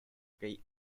key